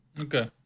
Okay